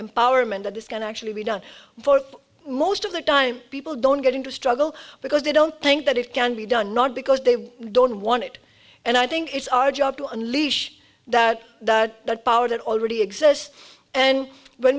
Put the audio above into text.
empowerment that this can actually be done for most of the time people don't get into struggle because they don't think that it can be done not because they don't want it and i think it's our job to unleash that power that already exists and when